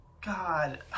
God